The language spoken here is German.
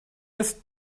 ist